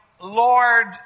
Lord